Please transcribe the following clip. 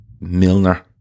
Milner